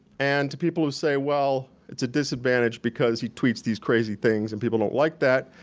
and to people who say well, it's a disadvantage because he tweets these crazy things and people don't like that,